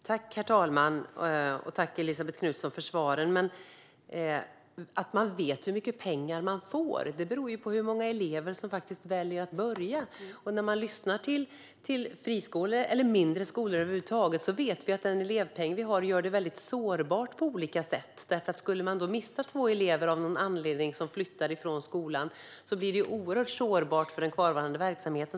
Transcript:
Herr talman! Tack, Elisabet Knutsson, för svaren! Det sägs att man vet hur mycket pengar man får. Det beror ju på hur många elever som väljer att börja. Man kan lyssna på friskolor eller mindre skolor över huvud taget. Vi vet att den elevpeng vi har gör det väldigt sårbart på olika sätt. Skulle man av någon anledning mista två elever som flyttar från skolan blir det oerhört sårbart för den kvarvarande verksamheten.